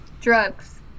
drugs